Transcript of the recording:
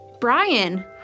Brian